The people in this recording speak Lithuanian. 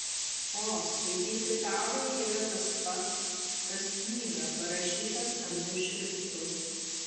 o skaityti tavąjį yra tas pat kas knygą parašytą stambiu šriftu